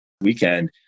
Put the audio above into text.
weekend